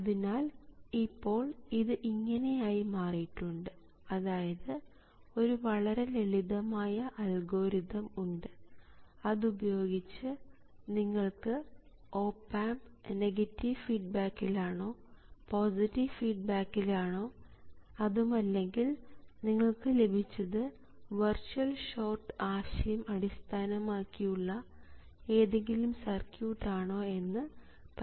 അതിനാൽ ഇപ്പോൾ ഇത് ഇങ്ങനെ ആയി മാറിയിട്ടുണ്ട് അതായത് ഒരു വളരെ ലളിതമായ അൽഗോരിതം ഉണ്ട് അത് ഉപയോഗിച്ച് നിങ്ങൾക്ക് ഓപ് ആമ്പ് നെഗറ്റീവ് ഫീഡ്ബാക്കിൽ ആണോ പോസിറ്റീവ് ഫീഡ്ബാക്കിൽ ആണോ അതുമല്ലെങ്കിൽ നിങ്ങൾക്ക് ലഭിച്ചത് വെർച്യുൽ ഷോർട്ട് ആശയം അടിസ്ഥാനമാക്കിയുള്ള ഏതെങ്കിലും സർക്യൂട്ട് ആണോ എന്ന് പരിശോധിക്കാൻ കഴിയും